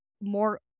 more